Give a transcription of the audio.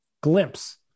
glimpse